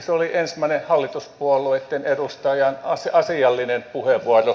se oli ensimmäinen hallituspuolueitten edustajan asiallinen puheenvuoro